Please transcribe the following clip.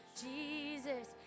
Jesus